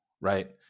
right